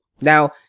Now